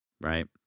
right